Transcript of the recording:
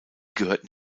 gehörten